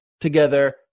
together